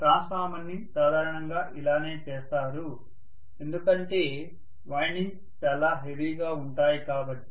transformers ని సాధారణంగా ఇలానే చేస్తారు ఎందుకంటే వైండింగ్స్ చాలా హెవీగా ఉంటాయి కాబట్టి